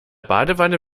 badewanne